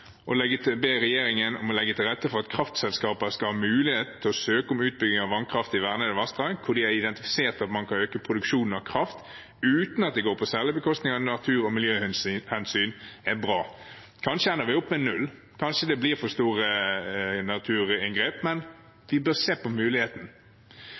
regjeringen legge til rette for at kraftselskaper skal ha mulighet til å søke om utbygging av vannkraft i vernede vassdrag hvor de har identifisert at man kan øke produksjonen av kraft uten at det går på særlig bekostning av natur- og miljøhensyn», er bra. Kanskje ender vi opp med null. Kanskje blir det for store naturinngrep.